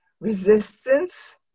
resistance